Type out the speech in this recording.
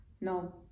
No